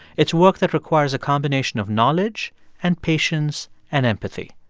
it's work that requires a combination of knowledge and patience and empathy.